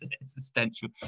existential